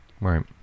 Right